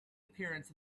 appearance